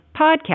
PODCAST